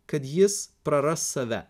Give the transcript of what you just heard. kad jis praras save